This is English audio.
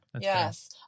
Yes